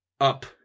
up